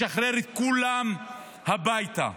לשחרר את כולם הביתה,